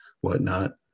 whatnot